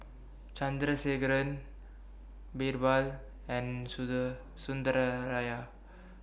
Chandrasekaran Birbal and